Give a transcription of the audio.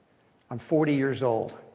i'm forty years old.